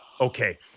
Okay